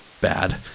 bad